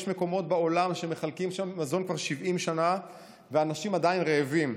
יש מקומות בעולם שמחלקים שם מזון כבר 70 שנה ואנשים עדיין רעבים.